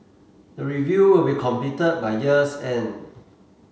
the review will be completed by year's end